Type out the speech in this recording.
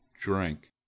drink